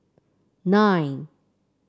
nine